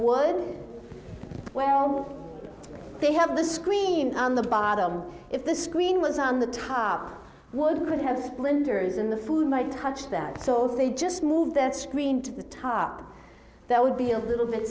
words well they have the screen on the bottom if the screen was on the top would could have splinters in the food my hunch that because they just moved that screen to the top that would be a little bit